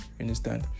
understand